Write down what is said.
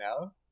now